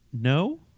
No